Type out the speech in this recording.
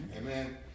Amen